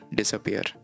disappear